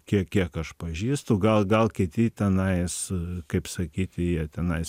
kiek kiek aš pažįstu gal gal kiti tenais kaip sakyti jie tenais